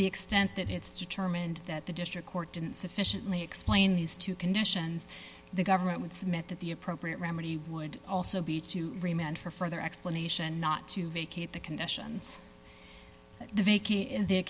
the extent that it's determined that the district court didn't sufficiently explain these two conditions the government would submit that the appropriate remedy would also be to remain for further explanation not to vacate the conditions